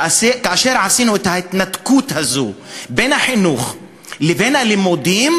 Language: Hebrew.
כאשר עשינו את ההתנתקות הזו בין החינוך לבין הלימודים,